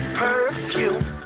perfume